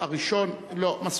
לא, הראשון, לא.